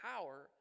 power